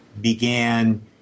began